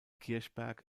kirchberg